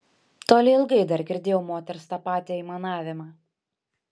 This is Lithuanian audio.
toli ilgai dar girdėjau moters tą patį aimanavimą